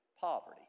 poverty